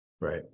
Right